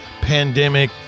pandemic